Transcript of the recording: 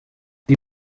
die